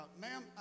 ma'am